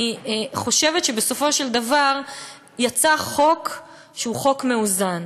אני חושבת שבסופו של דבר יצא חוק שהוא חוק מאוזן.